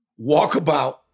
walkabout